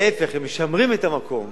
להיפך, הם משמרים את המקום.